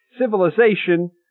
civilization